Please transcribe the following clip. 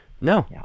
No